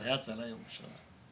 היה הצלה ירושלים.